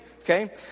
Okay